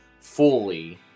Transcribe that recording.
fully